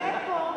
מתי הם פה?